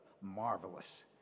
marvelous